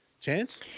Chance